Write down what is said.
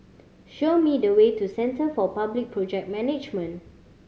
show me the way to Centre for Public Project Management